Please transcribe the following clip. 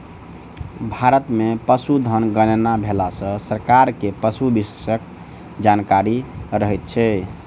भारत मे पशुधन गणना भेला सॅ सरकार के पशु विषयक जानकारी रहैत छै